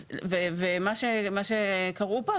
וכפי שקראו פה,